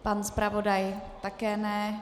Pan zpravodaj také ne.